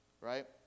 right